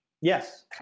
Yes